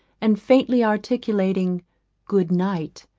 and faintly articulating good night,